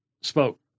spoke